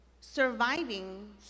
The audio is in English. Surviving